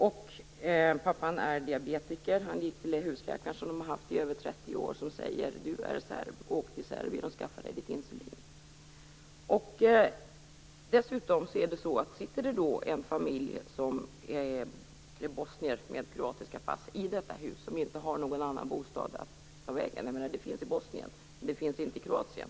Pappan är diabetiker. Han gick till husläkaren som de har haft i över 30 år, men han sade: Du är serb. Åk till Serbien och skaffa dig ditt insulin. Dessutom kan det vara så att det är en bosnisk familj med kroatiska pass som sitter i detta hus och inte har någon annan bostad. Det finns bostäder i Bosnien, men inte i Kroatien.